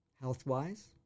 health-wise